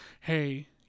Hey